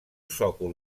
sòcol